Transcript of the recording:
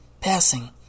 passing